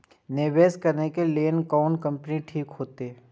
निवेश करे के लेल कोन कंपनी ठीक होते?